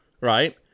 Right